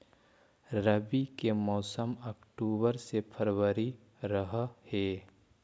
रब्बी के मौसम अक्टूबर से फ़रवरी रह हे